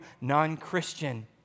non-Christian